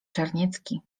czarniecki